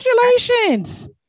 Congratulations